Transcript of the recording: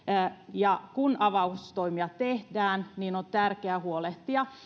ja kun avaustoimia tehdään on tärkeää huolehtia